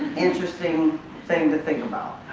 interesting thing to think about.